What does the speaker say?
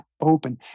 open